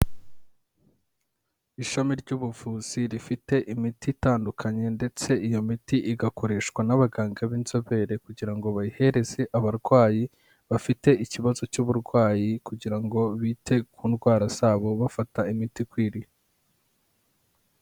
Ishami ry'ubuvuzi rifite imiti itandukanye ndetse iyo miti igakoreshwa n'abaganga b'inzobere, kugira ngo bayihereze abarwayi bafite ikibazo cy'uburwayi, kugira ngo bite ku ndwara zabo bafata imiti ikwiriye.